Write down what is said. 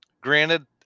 granted